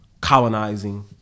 colonizing